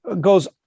goes